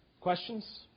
Questions